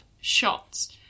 shots